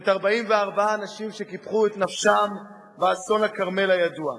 ואת 44 האנשים שקיפחו את נפשם באסון הכרמל הידוע,